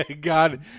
God